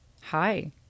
Hi